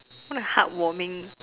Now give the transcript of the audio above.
what a heart-warming